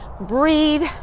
breathe